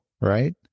right